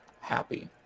happy